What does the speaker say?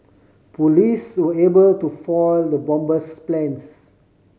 police were able to foil the bomber's plans